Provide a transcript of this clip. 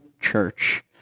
church